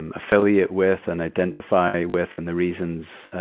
and affiliate with and identify with and the reasons,